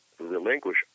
relinquish